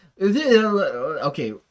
okay